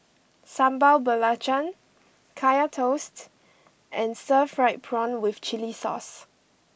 Sambal Belacan Kaya Toast and Stir Fried Prawn with Chili Sauce